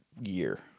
year